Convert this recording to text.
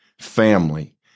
family